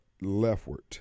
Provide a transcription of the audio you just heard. leftward